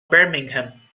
birmingham